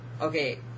Okay